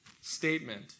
statement